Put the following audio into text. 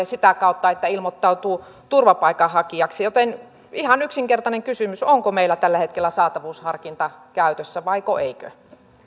sitä kautta että ilmoittautuu turvapaikanhakijaksi joten ihan yksinkertainen kysymys onko meillä tällä hetkellä saatavuusharkinta käytössä vai eikö